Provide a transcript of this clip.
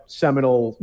seminal